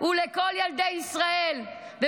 הוא לא רק לילדים ישראלים שגרים במרכז,